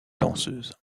danseuses